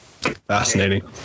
fascinating